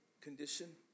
condition